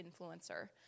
influencer